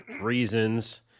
reasons